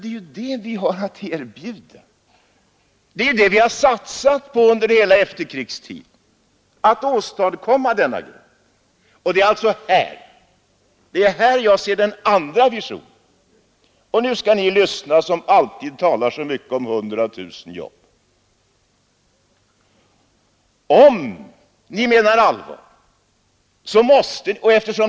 Det är ju det vi har att erbjuda, det är det vi har satsat på under hela efterkrigstiden. Det är här jag ser den andra visionen. Nu skall ni lyssna, ni som alltid talar så mycket om 100 000 jobb.